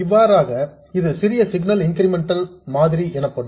இவ்வாறாக இது சிறிய சிக்னல் இன்கிரிமெண்ட் மாதிரி எனப்படும்